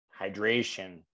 hydration